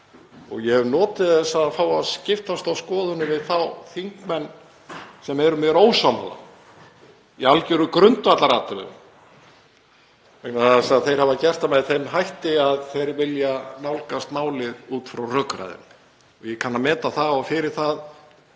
og ég hef notið þess að fá að skiptast á skoðunum við þá þingmenn sem eru mér ósammála í algjörum grundvallaratriðum, vegna þess að þeir hafa gert það með þeim hætti að þeir vilja nálgast málið út frá rökræðunni. Ég kann að meta það og fyrir það